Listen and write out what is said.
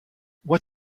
what